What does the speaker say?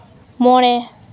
ᱢᱚᱬᱮ